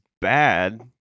bad